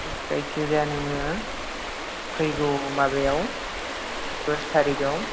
जायखिजाया नोङो फैगौ माबायाव दस थारिगआव